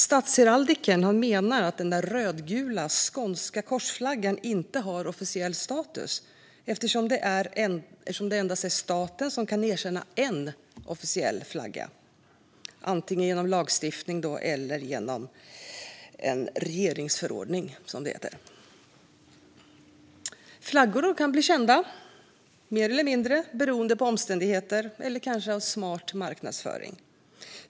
Statsheraldikern menar att den rödgula skånska korsflaggan inte har officiell status. Det är endast staten som kan erkänna en officiell flagga, antingen genom lagstiftning eller en regeringsförordning. Flaggor kan bli mer eller mindre kända beroende på omständigheter eller kanske en smart marknadsföring.